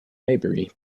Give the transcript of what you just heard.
maybury